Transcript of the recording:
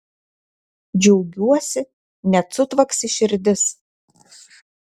džiaugiuosi net sutvaksi širdis